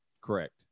Correct